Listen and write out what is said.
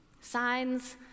signs